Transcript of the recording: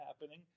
happening